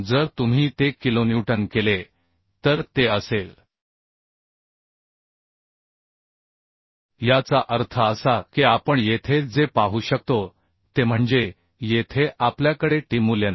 जर तुम्ही ते किलोन्यूटन केले तर ते असेल याचा अर्थ असा की आपण येथे जे पाहू शकतो ते म्हणजे येथे आपल्याकडे Tमूल्य नाही